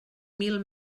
mil